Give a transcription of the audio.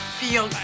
feel